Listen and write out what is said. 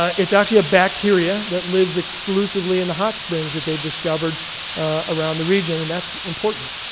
it's actually a bacteria that lives exclusively in the hot springs that they've discovered around the region, and that's important.